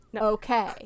Okay